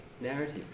narrative